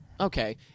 Okay